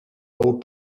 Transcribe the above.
old